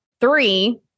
Three